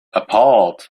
appalled